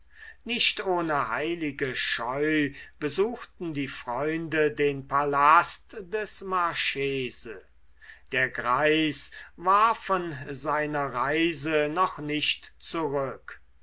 nicht ohne heilige scheu besuchten die freunde den palast des marchese der greis war von seiner reise noch nicht zurück